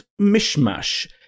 mishmash